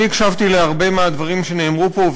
אני הקשבתי להרבה מהדברים שנאמרו פה,